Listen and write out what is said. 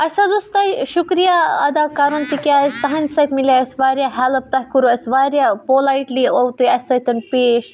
اَسہِ حَظ اوس تۄہہِ شُکریہ اَدا کَرُن تِکیٛازِ تہنٛدِ سۭتۍ مِلے اَسہِ واریاہ ہیلپ تۄہہِ کوٚرو اَسہِ واریاہ پولایٹلی اوٚو تُہۍ اَسہِ سۭتۍ پیش